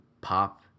pop